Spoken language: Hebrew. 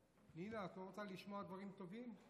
פנינה, את לא רוצה לשמוע דברים טובים?